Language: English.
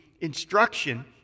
instruction